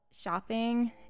shopping